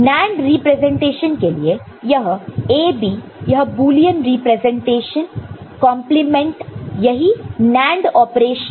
NAND representation के लिए यह A B यह बुलियन रिप्रेजेंटेशन कंप्लीमेंट यही है NAND ऑपरेशन